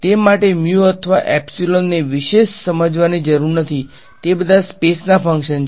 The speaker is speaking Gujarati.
તે માટે મ્યુ અથવા એપ્સીલોનને વિશેષ સમજવાની જરૂર નથી તે બધા સ્પેસ ના ફંકશન છે